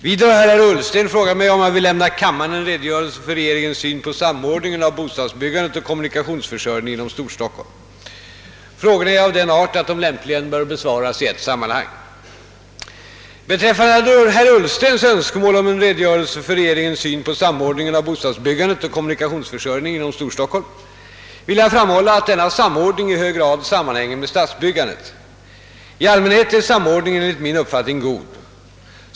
Vidare har herr Ullsten frågat mig om jag vill lämna kammaren en redo görelse för regeringens syn på samordningen av bostadsbyggandet och kommunikationsförsörjningen inom Storstockholm. Frågorna är av den art att de lämpligen bör besvaras i ett sammanhang. Beträffande herr Ullstens önskemål om en redogörelse för regeringens syn på samordningen av bostadsbyggandet och kommunikationsförsörjningen inom Storstockholm vill jag framhålla att denna samordning i hög grad sammanhänger med stadsbyggandet. I allmänhet är samordningen enligt min uppfattning god.